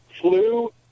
flu